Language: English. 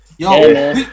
yo